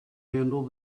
handle